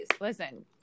Listen